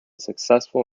successful